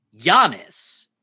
Giannis